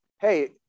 hey